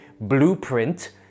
blueprint